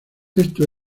esta